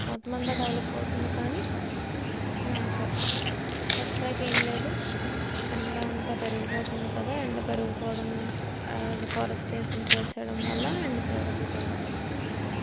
మొత్తం అంతా డెవలప్ అవుతుంది కానీ నేచర్ ధట్స్ లైక్ ఏం లేదు ఎండా అంతా పెరిగిపోతుంది కదా ఎండ పెరిగిపోవడము డిఫారస్టేషన్ చేసేయడం వల్ల ఎండ తీవ్రతలు పెరిగిపోతున్నాయి